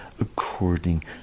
according